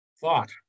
thought